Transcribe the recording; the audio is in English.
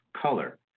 color